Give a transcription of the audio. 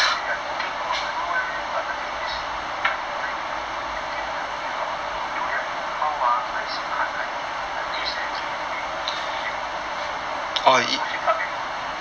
eh I thinking what I don't know eh but I thinking ya if I want to do that how ah my sim card I don't want to like keep it to remove remove you got two sim card meh